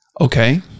Okay